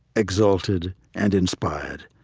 exalted, and inspired.